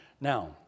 Now